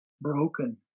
broken